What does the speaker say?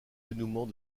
dénouement